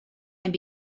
and